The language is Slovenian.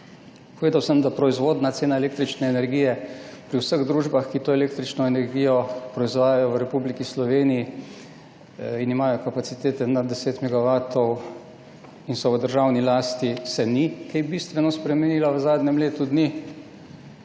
Povedal sem, da proizvodna cene električne energije pri vseh družbah, ki to električno energijo proizvajajo v Republiki Sloveniji in imajo kapacitete nad 10 MW in so v državni lasti, se ni kaj bistveno spremenila v zadnjem letu dni.